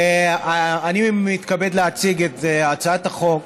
אני מתכבד להציג את הצעת החוק.